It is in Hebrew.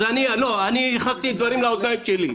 לא, אני הכנסתי דברים לאוזניים שלי.